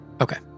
Okay